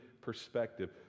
perspective